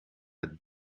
het